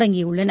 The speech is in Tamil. தொடங்கியுள்ளன